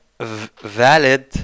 valid